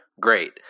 great